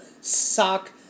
sock